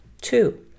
Two